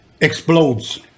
explodes